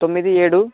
తొమ్మిది ఏడూ